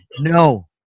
No